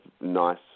nice